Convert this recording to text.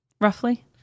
roughly